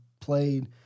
played